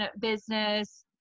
business